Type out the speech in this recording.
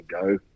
go